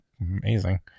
amazing